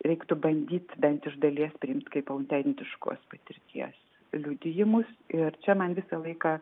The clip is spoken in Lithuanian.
reiktų bandyti bent iš dalies priimti kaip autentiškos patirties liudijimus ir čia man visą laiką